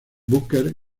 booker